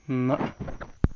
نہَ